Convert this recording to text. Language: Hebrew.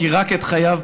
כי רק את חייו,